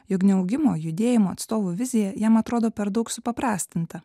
jog neaugimo judėjimo atstovų vizija jam atrodo per daug supaprastinta